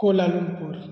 Kuala Lumpur